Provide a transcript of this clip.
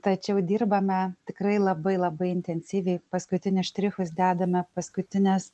tačiau dirbame tikrai labai labai intensyviai paskutinius štrichus dedame paskutines